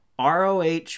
ROH